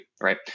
right